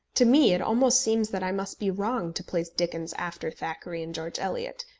to me it almost seems that i must be wrong to place dickens after thackeray and george eliot,